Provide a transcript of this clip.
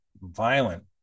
violent